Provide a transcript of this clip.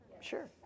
Sure